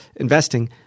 investing